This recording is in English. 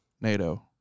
NATO